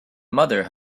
mother